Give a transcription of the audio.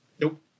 Nope